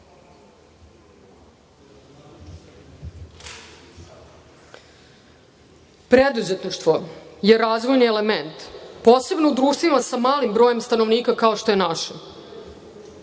Srbije. Preduzetništvo je razvojni element, posebno u društvima sa malim brojem stanovnika kao što je naše.